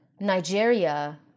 Nigeria